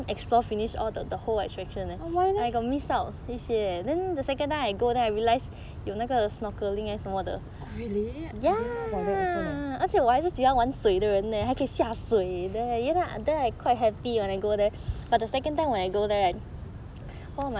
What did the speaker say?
why leh oh really I didn't know about that also leh